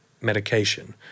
medication